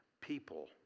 people